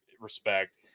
Respect